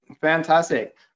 Fantastic